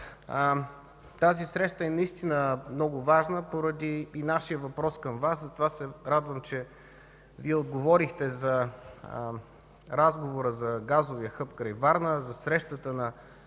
Тази среща е наистина много важна, поради това е и нашият въпрос към Вас, затова се радвам, че Вие говорихме за разговора за газовия хъб край Варна, за срещата с